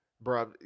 bro